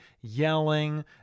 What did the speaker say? yelling